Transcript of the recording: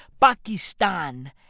Pakistan